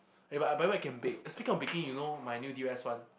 eh but I I bet I can bake eh speaking of baking you know my new